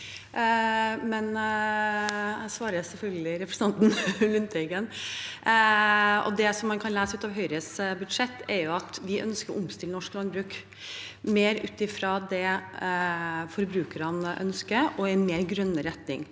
men jeg svarer selvfølgelig representanten Lundteigen. Det man kan lese ut av Høyres budsjett, er at vi ønsker å omstille norsk landbruk mer ut fra det forbrukerne ønsker, og i en grønnere retning,